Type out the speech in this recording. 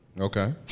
Okay